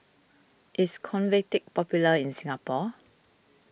is Convatec popular in Singapore